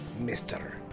Mr